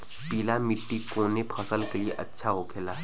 पीला मिट्टी कोने फसल के लिए अच्छा होखे ला?